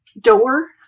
door